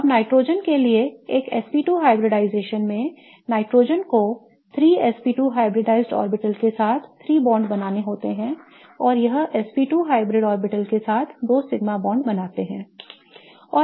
अब नाइट्रोजन के लिए एक sp2 hybridization में नाइट्रोजन को 3 sp2 हाइब्रिडाइज्ड ऑर्बिटल्स के साथ 3 बॉन्ड बनाने होते हैं और यह sp2 हाइब्रिड ऑर्बिटल्स के साथ 2 सिग्मा बॉन्ड बनाते हैं